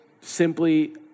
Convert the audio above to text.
simply